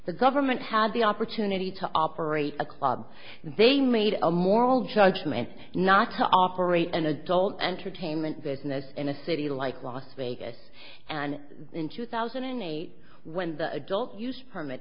the government had the opportunity to operate a club and they made a moral judgment not to operate an adult entertainment business in a city like las vegas and in two thousand and eight when the adult use permit